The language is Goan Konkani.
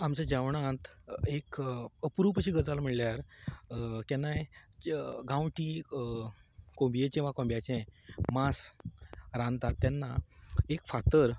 आमच्या जेवणांत एक अप्रुप अशी गजाल म्हणल्यार केन्नाय गांवठी कोबयेचें वा कोंब्याचें मास रांदतात तेन्ना एक फातर